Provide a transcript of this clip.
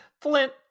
Flint